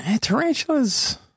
tarantulas